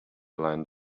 land